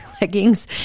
leggings